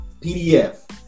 pdf